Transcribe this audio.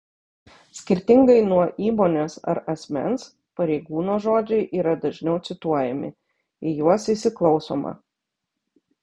skirtingai nuo įmonės ar asmens pareigūno žodžiai yra dažniau cituojami į juos įsiklausoma